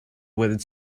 with